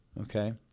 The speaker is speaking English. Okay